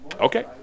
Okay